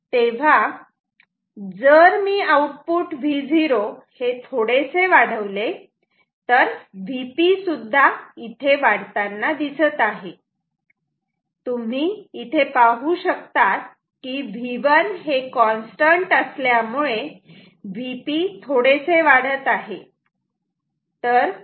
तेव्हा जर मी आउटपुट Vo हे थोडेसे वाढवले तर Vp सुद्धा इथे वाढताना दिसत आहे तुम्ही इथे पाहू शकतात की V1 हे कॉन्स्टंट असल्यामुळे Vp थोडेसे वाढत आहे